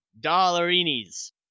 Dollarinis